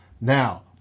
Now